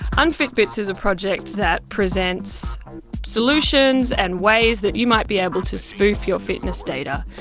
unfitbits is a project that presents solutions and ways that you might be able to spoof your fitness data.